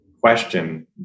question